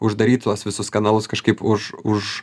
uždaryt tuos visus kanalus kažkaip už už